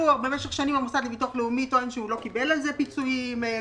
במשך שנים המוסד לביטוח לאומי טוען שהוא לא קיבל על זה פיצוי מתאים,